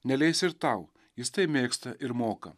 neleis ir tau jis tai mėgsta ir moka